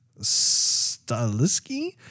Staliski